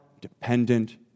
dependent